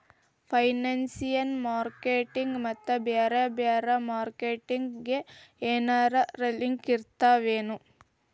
Financial marketing ಮತ್ತ ಬ್ಯಾರೆ ಬ್ಯಾರೆ ಮಾರ್ಕೆಟಿಂಗ್ ಗೆ ಏನರಲಿಂಕಿರ್ತಾವೆನು?